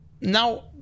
now